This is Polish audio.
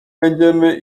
będziemy